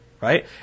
Right